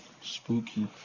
Spooky